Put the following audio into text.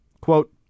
Quote